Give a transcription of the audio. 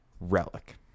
relic